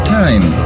time